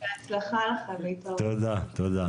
בהצלחה, תודה.